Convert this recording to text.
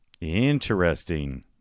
interesting